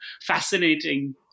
fascinating